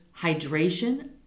hydration